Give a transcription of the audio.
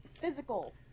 physical